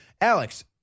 Alex